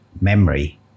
memory